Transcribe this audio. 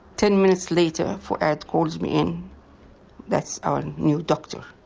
ten minutes later fouad calls me in that's our new doctor,